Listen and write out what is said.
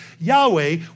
Yahweh